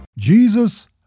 Jesus